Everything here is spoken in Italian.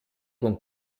con